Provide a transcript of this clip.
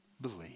believe